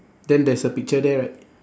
then there's a picture there right